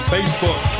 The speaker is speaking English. Facebook